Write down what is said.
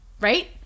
Right